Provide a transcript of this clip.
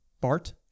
Bart